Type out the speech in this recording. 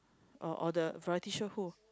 or or the variety show who